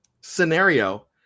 scenario